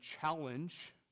challenge